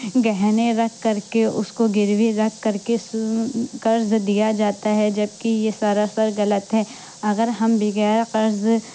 گہنے رکھ کر کے اس کو گروی رکھ کر کے قرض دیا جاتا ہے جبکہ یہ سراسر غلط ہے اگر ہم بغیر قرض